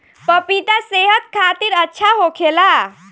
पपिता सेहत खातिर अच्छा होखेला